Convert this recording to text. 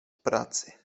pracy